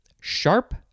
sharp